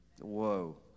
Whoa